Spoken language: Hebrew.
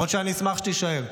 למרות שאני אשמח שתישאר.